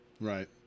Right